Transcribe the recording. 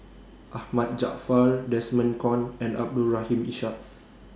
Ahmad Jaafar Desmond Kon and Abdul Rahim Ishak